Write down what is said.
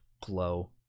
glow